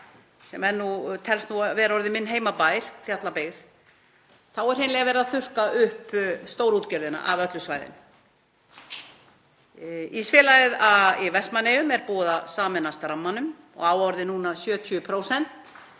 sem telst nú vera orðinn minn heimabær, Fjallabyggð, er hreinlega verið að þurrka upp stórútgerðina af öllu svæðinu. Ísfélagið í Vestmannaeyjum er búið að sameinast Ramma og á orðið núna 70%